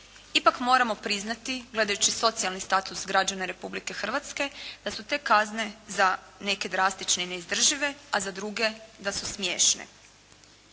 ipak moramo priznati gledajući socijalni status građana Republike Hrvatske da su te kazne za neke drastične i neizdržive a za druge da su smiješne.